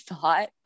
thought